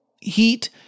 Heat